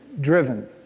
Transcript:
driven